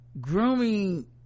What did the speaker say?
grooming